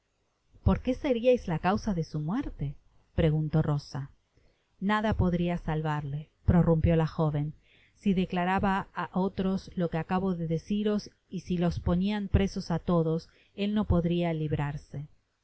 por qué seriais la causa de su imierte preguntó'rosa nada podria salvarle prorrumpió la joven si declaraba á oíros lo que acabo de deciros y silos ponian presos a todos él no podria librarse es